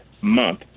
month